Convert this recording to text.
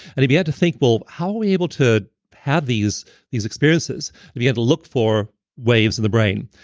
and if you had to think, well, how are we able to have these these experiences? he had to look for waves in the brain.